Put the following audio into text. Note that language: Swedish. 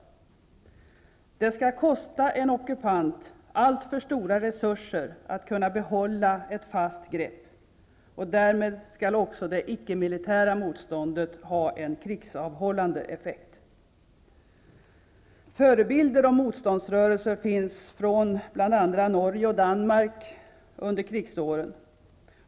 Det skall kosta en ockupant stora resurser att kunna behålla ett fast grepp. Därmed skall också det icke-militära motståndet ha en krigsavhållande effekt. Förebilder om motståndsrörelser finns i bl.a. Norge och Danmark under krigsåren.